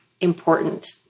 important